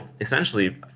essentially